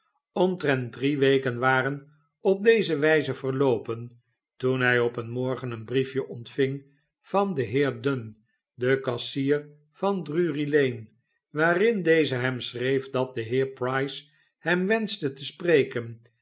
omtrent drie weken waren op deze wijze verloopen toen hij op een morgen een briefje ontving van der heer dunn den kassier van drurylane waarin deze hem schreef dat de heer price hem wenschte te spreken